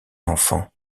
l’enfant